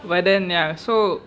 whether now so